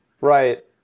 Right